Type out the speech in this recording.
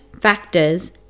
factors